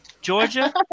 Georgia